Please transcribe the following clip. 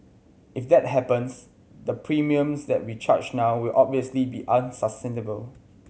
if that happens the premiums that we charge now will obviously be unsustainable